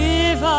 Give